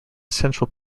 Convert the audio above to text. central